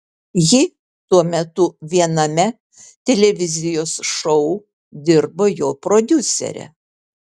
ji tuo metu viename televizijos šou dirbo jo prodiusere